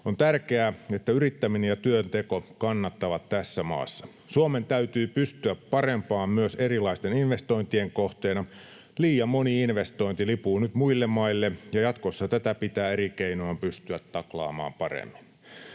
On tärkeää, että yrittäminen ja työnteko kannattavat tässä maassa. Suomen täytyy pystyä parempaan myös erilaisten investointien kohteena. Liian moni investointi lipuu nyt muille maille, ja jatkossa tätä pitää eri keinoin pystyä taklaamaan paremmin.